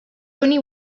only